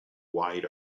wide